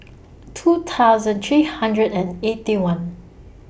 two thousand three hundred and Eighty One